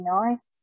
nice